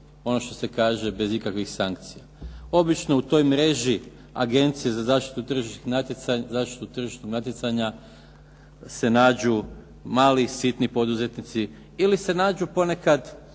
govornik se ne razumije./… Obično u toj mreži Agencije za zaštitu tržišnog natjecanja se nađu mali sitni poduzetnici ili se nađu ponekad